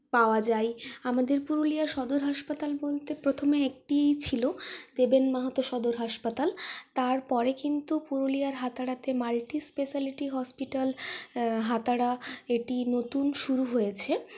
পাওয়া যায় আমাদের পুরুলিয়ার সদর হাসপাতাল বলতে প্রথমে একটিই ছিল দেবেন মাহাতো সদর হাসপাতাল তারপরে কিন্তু পুরুলিয়ার হাতারাতে মাল্টিস্পেশালিটি হাসপাতাল হাতুয়ারা এটি নতুন শুরু হয়েছে